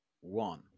one